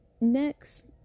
next